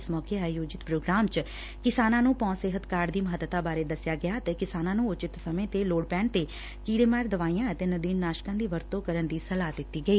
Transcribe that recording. ਇਸ ਮੌਕੇ ਆਯੋਜਿਤ ਪ੍ਰੋਗਰਾਮ ਚ ਕਿਸਾਨਾਂ ਨੂੰ ਭੌਂ ਸਿਹਤ ਕਾਰਡ ਦੀ ਮਹੱਤਤਾ ਬਾਰੇ ਦਸਿਆ ਗਿਆ ਅਤੇ ਕਿਸਾਨਾਂ ਨੂੰ ਉਚਿਤ ਸਮੇਂ ਤੇ ਲੋੜ ਪੈਣ ਤੇ ਕੀੜੇਮਾਰ ਦਵਾਈਆਂ ਅਤੇ ਨਦੀਨ ਨਾਸ਼ਕਾਂ ਦੀ ਵਰਤੋਂ ਕਰਨ ਦੀ ਸਲਾਹ ਦਿੱਤੀ ਗਈ